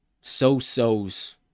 so-sos